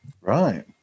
Right